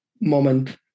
moment